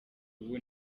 ubu